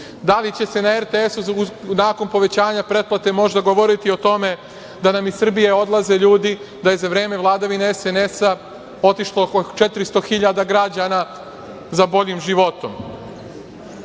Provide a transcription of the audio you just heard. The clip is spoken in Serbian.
li će se na RTS-u nakon povećanja pretplate možda govoriti o tome da nam iz Srbije odlaze ljudi, da je za vreme vladavine SNS-a otišlo oko 400 hiljada građana za boljim životom? Da